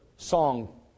Song